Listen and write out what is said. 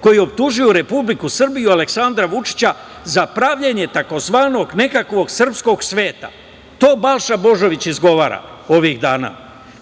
koji optužuju Republiku Srbiju, Aleksandra Vučića za pravljenje tzv. nekakvog srpskog sveta, to Balša Božović izgovara ovih dana,